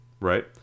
right